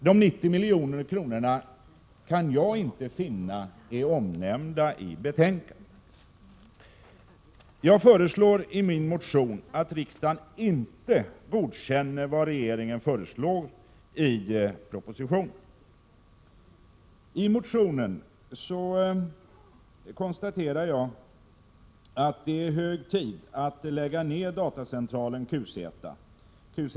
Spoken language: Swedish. De 90 miljoner kronorna kan jag inte finna omnämnda i betänkandet. Jag föreslår i min motion att riksdagen inte skall godkänna vad regeringen föreslår i propositionen. I motionen konstaterar jag att det är hög tid att lägga ned datorcentralen QZ.